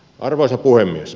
arvoisa puhemies